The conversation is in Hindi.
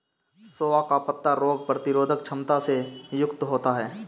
सोआ का पत्ता रोग प्रतिरोधक क्षमता से युक्त होता है